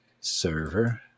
server